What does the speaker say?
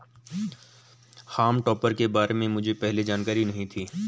हॉल्म topper के बारे में मुझे पहले जानकारी नहीं थी